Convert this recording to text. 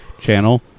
channel